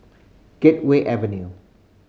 Gateway Avenue